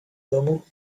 domu